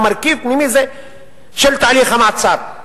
המרכיב הוא פנימי של תהליך המעצר.